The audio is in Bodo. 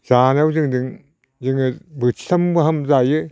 जानायाव जोङो बोथिथाम गाहाम जायो